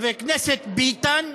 חבר הכנסת ביטן,